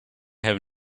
have